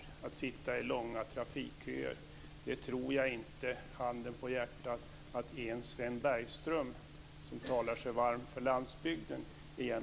Att människor ska sitta i långa trafikköer tror jag, handen på hjärtat, inte att ens Sven Bergström trots allt vill, som talar sig varm för landsbygden.